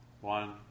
one